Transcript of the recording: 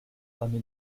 parmi